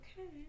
Okay